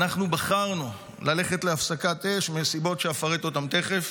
ואנחנו בחרנו ללכת להפסקת אש מהסיבות שאפרט אותן תכף.